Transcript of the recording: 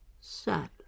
sad